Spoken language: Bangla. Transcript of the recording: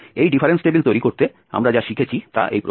এই ডিফারেন্স টেবিল তৈরি করতে আমরা যা শিখেছি তা এই প্রকার